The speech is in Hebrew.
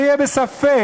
שיהיה ספק.